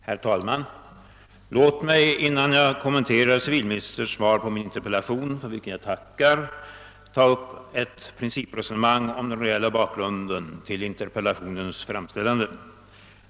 Herr talman! Låt mig, innan jag kommenterar civilministerns svar på min interpellation, för vilket jag tackar, ta upp ett principiellt resonemang om bakgrunden till interpellationens framställande.